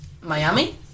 Miami